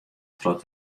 troch